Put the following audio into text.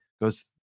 goes